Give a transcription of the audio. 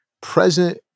present